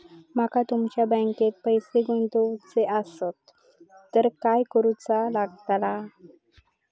माका तुमच्या बँकेत पैसे गुंतवूचे आसत तर काय कारुचा लगतला?